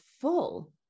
full